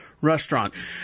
restaurants